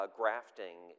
grafting